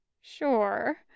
Sure